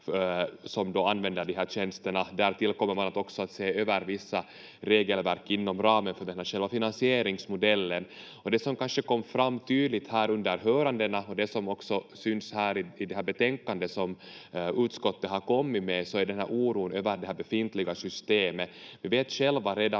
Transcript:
som använder de här tjänsterna. Därtill kommer man också att se över vissa regelverk inom ramen för själva finansieringsmodellen. Det som kanske kom fram tydligt under hörandena och som också syns i det här betänkandet som utskottet har kommit med är oron över det befintliga systemet. Vi vet redan